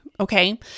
Okay